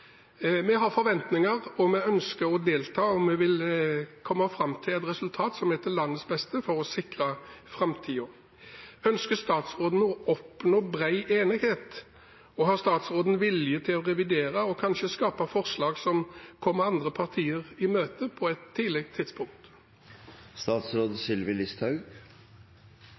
Vi har forventninger, vi ønsker å delta, og vi vil komme fram til et resultat som er til landets beste for å sikre framtiden. Ønsker statsråden å oppnå bred enighet? Og har statsråden vilje til å revidere og kanskje skape forslag som kommer andre partier i møte, på et tidlig tidspunkt?